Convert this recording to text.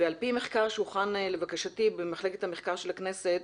על פי מחקר שהוכן לבקשתי במחלקת המחקר של הכנסת,